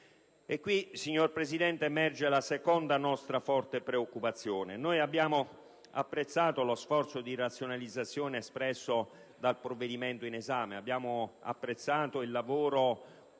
E qui, signora Presidente, emerge la seconda nostra forte preoccupazione. Abbiamo apprezzato lo sforzo di razionalizzazione espresso dal provvedimento in esame. Abbiamo apprezzato il lavoro